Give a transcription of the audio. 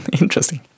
Interesting